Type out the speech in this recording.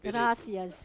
gracias